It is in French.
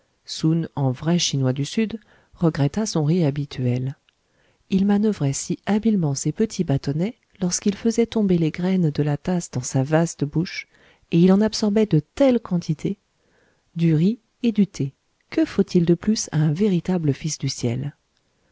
en vrai chinois du sud regretta son riz habituel il manoeuvrait si habilement ses petits bâtonnets lorsqu'il faisait tomber les graines de la tasse dans sa vaste bouche et il en absorbait de telles quantités du riz et du thé que faut-il de plus à un véritable fils du ciel